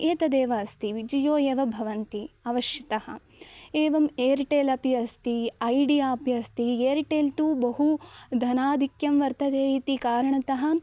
एतदेव अस्ति वि जियो एव भवति अवश्यतः एवम् एर्टेल् अपि अस्ति ऐडिया अपि अस्ति एर्टेल् तु बहु धनाधिक्यं वर्तते इति कारणतः